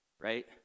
right